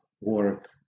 work